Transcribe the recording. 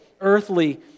earthly